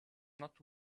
not